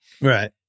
Right